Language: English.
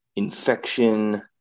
Infection